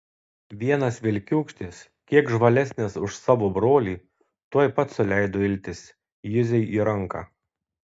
vienas vilkiūkštis kiek žvalesnis už savo brolį tuoj pat suleido iltis juzei į ranką